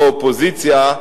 יושבת-ראש האופוזיציה,